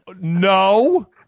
no